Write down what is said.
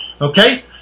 Okay